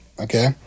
okay